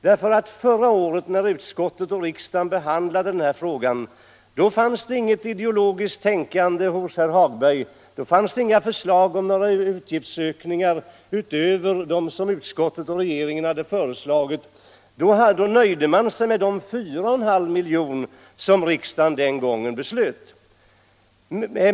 När riksdagen och utskottet behandlade den här frågan förra året fanns det nämligen inget ideologiskt tänkande hos herr Hagberg. Då fanns det inga förslag om några utgiftsökningar utöver den som regeringen och utskottet hade föreslagit. Då nöjde man sig med de 4,5 milj.kr. som riksdagen beslöt.